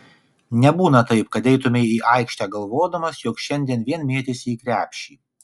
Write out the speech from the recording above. nebūna taip kad eitumei į aikštę galvodamas jog šiandien vien mėtysi į krepšį